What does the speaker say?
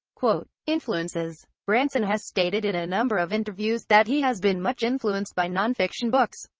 influences branson has stated in a number of interviews that he has been much influenced by non-fiction books.